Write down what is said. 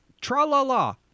Tra-la-la